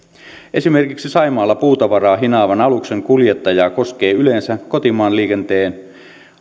esimerkiksi saimaalla puutavaraa hinaavan aluksen kuljettajaa koskee yleensä kotimaanliikenteen